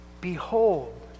behold